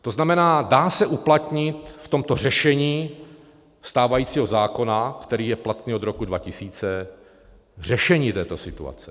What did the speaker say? To znamená, dá se uplatnit v tomto řešení stávajícího zákona, který je platný od roku 2000, řešení této situace.